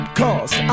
cause